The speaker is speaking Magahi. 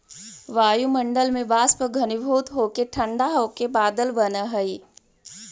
वायुमण्डल में वाष्प घनीभूत होके ठण्ढा होके बादल बनऽ हई